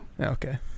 Okay